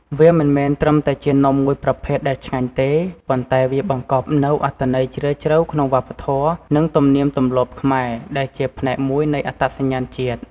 វាមិនមែនត្រឹមតែជានំមួយប្រភេទដែលឆ្ងាញ់ទេ ប៉ុន្តែវាបង្កប់នូវអត្ថន័យជ្រាលជ្រៅក្នុងវប្បធម៌ និងទំនៀមទម្លាប់ខ្មែរ ដែលជាផ្នែកមួយនៃអត្តសញ្ញាណជាតិ។